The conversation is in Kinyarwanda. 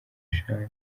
eshanu